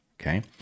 okay